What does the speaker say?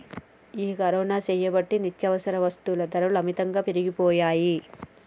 ఈ కరోనా సేయబట్టి నిత్యావసర వస్తుల ధరలు అమితంగా పెరిగిపోయాయి